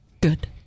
Good